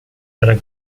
tra